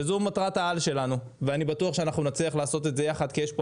וזו מטרת העל שלנו ואני בטוח שנצליח לעשות את זה יחד כי יש פה